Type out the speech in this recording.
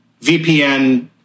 VPN